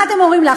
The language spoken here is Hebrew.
מה אתם אומרים לה?